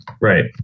Right